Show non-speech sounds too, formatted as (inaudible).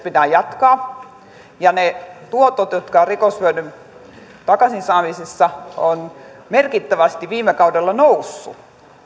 (unintelligible) pitää jatkaa ja ne tuotot joita on rikoshyödyn takaisinsaamisessa ovat merkittävästi viime kaudella nousseet